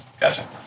Gotcha